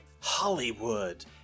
Hollywood